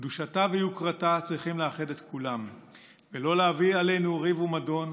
קדושתה ויוקרתה צריכים לאחד את כולם ולא להביא עלינו ריב ומדון.